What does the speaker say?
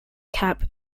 cap